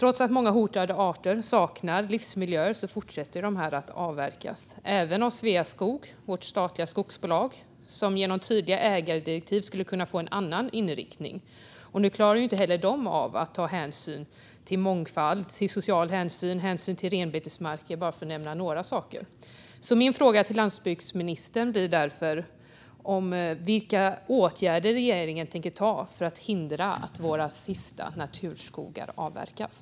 Trots att många hotade arter saknar livsmiljöer fortsätter de här skogarna att avverkas, även av Sveaskog, vårt statliga skogsbolag, som genom tydliga ägardirektiv skulle kunna få en annan inriktning. Nu klarar inte heller de av att ta hänsyn till mångfald, ta social hänsyn, ta hänsyn till renbetesmarker, för att bara nämna några saker. Min fråga till landsbygdsministern blir därför: Vilka åtgärder tänker regeringen vidta för att hindra att våra sista naturskogar avverkas?